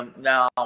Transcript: now